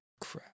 Crap